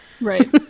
Right